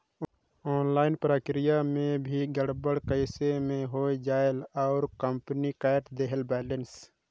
Online प्रक्रिया मे भी गड़बड़ी कइसे मे हो जायेल और कंपनी काट देहेल बैलेंस?